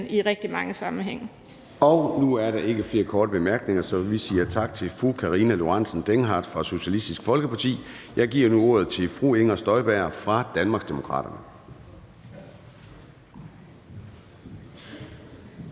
Formanden (Søren Gade): Nu er der ikke flere korte bemærkninger, så vi siger tak til fru Karina Lorentzen Dehnhardt fra Socialistisk Folkeparti. Jeg giver nu ordet til fru Inger Støjberg fra Danmarksdemokraterne.